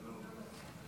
אינו נוכח.